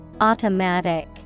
Automatic